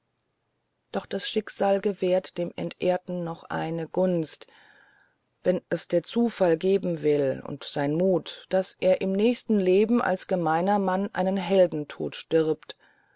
doch das schicksal gewährt dem entehrten noch eine gunst wenn es der zufall geben will und sein mut daß er im nächsten leben als gemeiner mann einen heldentod stirbt